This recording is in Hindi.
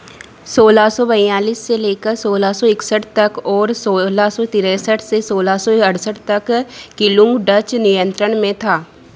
सोलह सौ बयालीस से लेकर सोलह सौ इकसठ तक और सोलह सौ तिरसठ से सोलह सौ अड़सठ तक किलु डच नियंत्रण में था